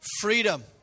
freedom